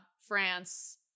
France